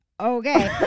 okay